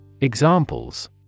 Examples